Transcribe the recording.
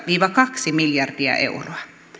viiva kaksi miljardia euroa